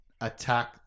attack